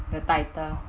the title